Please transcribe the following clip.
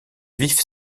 vif